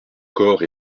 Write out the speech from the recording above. corps